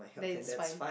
then it's fine